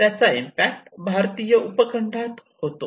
त्याचा इम्पॅक्ट भारतीय उपखंडात होतो